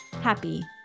happy